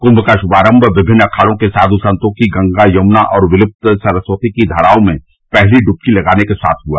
कुंभ का शुभारंभ विभिन्न अखाड़ों के साध संतों की गंगा यमुना और विलृप्त सरस्वती की धाराओं में पहली ड्वकी लगाने के साथ हुआ